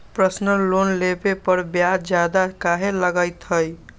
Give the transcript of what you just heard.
Personal loan लेबे पर ब्याज ज्यादा काहे लागईत है?